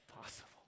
possible